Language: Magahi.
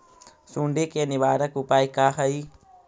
सुंडी के निवारक उपाय का हई?